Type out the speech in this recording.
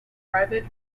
private